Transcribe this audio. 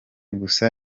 gusa